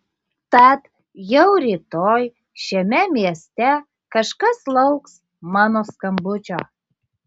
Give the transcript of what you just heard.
tad jau rytoj šiame mieste kažkas lauks mano skambučio